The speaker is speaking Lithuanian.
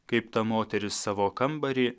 kaip ta moteris savo kambarį